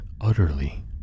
utterly